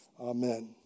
Amen